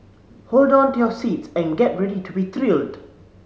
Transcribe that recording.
hold on to your seats and get ready to be thrilled